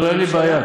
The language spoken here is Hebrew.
אין לי בעיה.